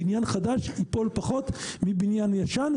בניין חדש ייפול פחות מבניין ישן,